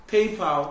PayPal